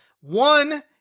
One